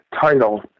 title